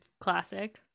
classic